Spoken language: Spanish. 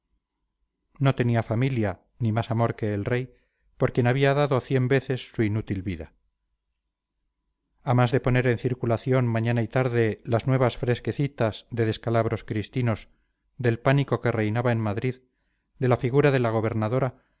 no tenía familia ni más amor que el rey por quien habría dado cien veces su inútil vida a más de poner en circulación mañana y tarde las nuevas fresquecitas de descalabros cristinos del pánico que reinaba en madrid de la figura de la gobernadora